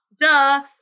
duh